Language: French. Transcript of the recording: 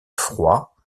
froid